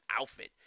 outfit